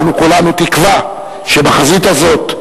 אנחנו כולנו תקווה שבחזית הזו,